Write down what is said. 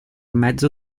mezzo